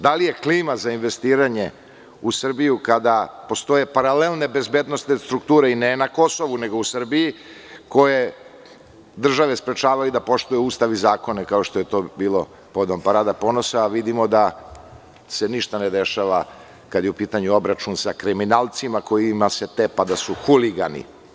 Da li je klima za investiranje u Srbiju kada postoje paralelne bezbednosne strukture i ne na Kosovu, nego u Srbiji, koje države sprečavaju da poštuju Ustav i zakone, kao što je to bilo povodom „Parade ponosa“, ali vidimo da se ništa ne dešava kada je u pitanju obračuna sa kriminalcima kojima se tepa da su huligani?